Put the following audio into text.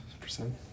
percent